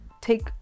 take